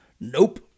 Nope